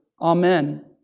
Amen